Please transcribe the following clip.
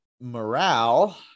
morale